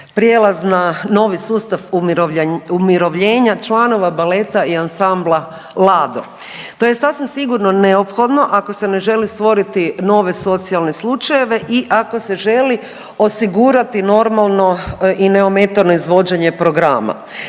prijelaz na novi sustav umirovljenja članova baleta i ansambla Lado. To je sasvim sigurno neophodno ako se ne želi stvoriti nove socijalne slučajeve i ako se želi osigurati normalno i neometano izvođenje programa.